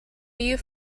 you